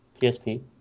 PSP